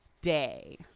day